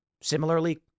similarly